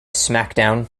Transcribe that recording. smackdown